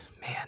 man